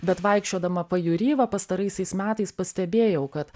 bet vaikščiodama pajūry va pastaraisiais metais pastebėjau kad